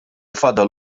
fadal